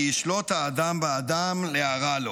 כי ישלוט האדם באדם להרע לו?